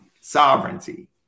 sovereignty